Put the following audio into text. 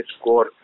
score